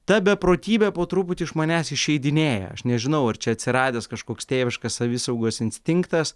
ta beprotybė po truputi iš manęs išeidinėja aš nežinau ar čia atsiradęs kažkoks tėviškas savisaugos instinktas